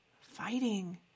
fighting